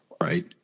Right